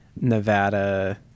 Nevada